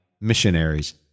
missionaries